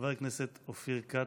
חבר הכנסת אופיר כץ,